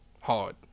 hard